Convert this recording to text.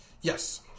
yes